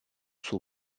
sul